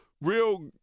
real